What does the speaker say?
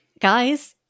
guys